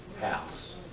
house